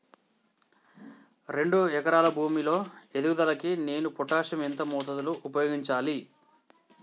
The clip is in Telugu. రెండు ఎకరాల భూమి లో ఎదుగుదలకి నేను పొటాషియం ఎంత మోతాదు లో ఉపయోగించాలి?